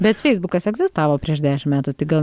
bet feisbukas egzistavo prieš dešim metų tik gal